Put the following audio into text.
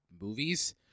movies